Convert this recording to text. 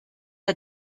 der